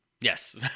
Yes